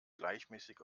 gleichmäßig